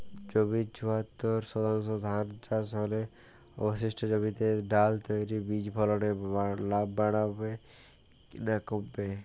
জমির চুয়াত্তর শতাংশে ধান চাষ হলে অবশিষ্ট জমিতে ডাল তৈল বীজ ফলনে লাভ বাড়বে না কমবে?